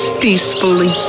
peacefully